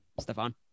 Stefan